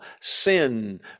sin